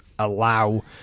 allow